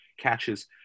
catches